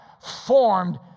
formed